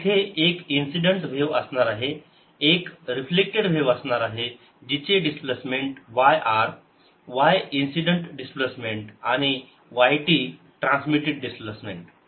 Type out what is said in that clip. तिथे एक incident wave असणार आहे एक रिफ्लेक्टेड व्हेव असणार आहे जीचे displacement yr y incident displacement आणि yt ट्रान्समिटेड डिस्प्लेसमेंट